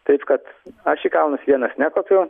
taip kad aš į kalnus vienas nekopiu